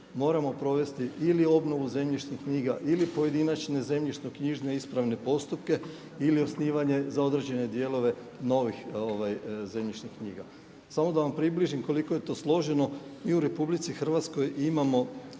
moram provesti ili obnovu zemljišnih knjiga ili pojedinačne zemljišno-knjižne ispravne postupke ili za osnivanje za određene dijelove novih zemljišnih knjiga. Samo da vam približim koliko je to složeno i u RH imamo